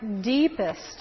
deepest